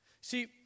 See